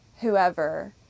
whoever